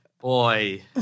boy